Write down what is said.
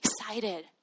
excited